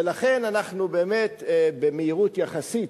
ולכן, אנחנו באמת במהירות יחסית,